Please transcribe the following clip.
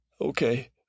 okay